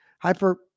hyper